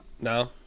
No